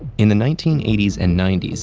in the nineteen eighty s and ninety s,